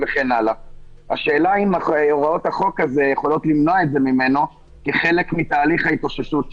ורשאי הוא לקבוע תנאים להשתתפות בישיבות ולקבלת מידע לפי סעיף זה."